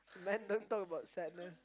man don't talk about sadness